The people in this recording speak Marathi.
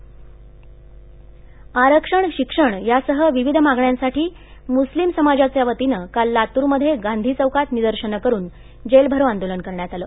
लातुरः आरक्षण शिक्षण यासह विविध मागण्यांसाठी मुस्लिम समाजाच्या वतीनं काल लातूरमध्ये गांधी चौकात निदर्शनं करुन जेलभरो आंदोलन करण्यात आलं